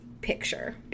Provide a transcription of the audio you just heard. picture